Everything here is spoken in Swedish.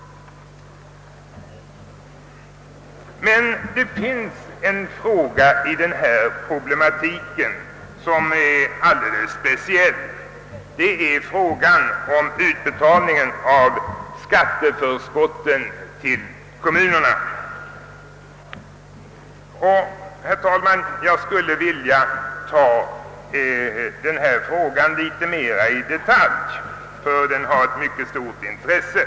Denna problematik inrymmer också en fråga som är ganska speciell, nämligen frågan om statens utbetalning av skatteförskotten till kommunerna. Jag skulle vilja beröra den frågan litet mer i detalj, eftersom den har mycket stort intresse.